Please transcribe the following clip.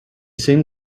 same